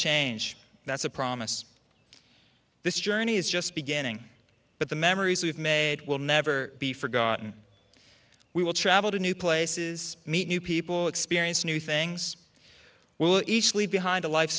change that's a promise this journey is just beginning but the memories we've made will never be forgotten we will travel to new places meet new people experience new things will each leave behind a life